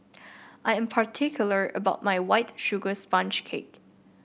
I am particular about my White Sugar Sponge Cake